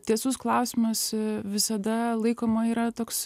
tiesus klausimas visada laikoma yra toks